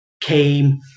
came